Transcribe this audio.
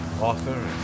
author